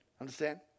Understand